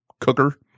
cooker